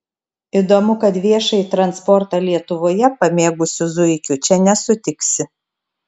įdomu kad viešąjį transportą lietuvoje pamėgusių zuikių čia nesutiksi